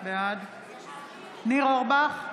בעד ניר אורבך,